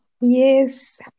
Yes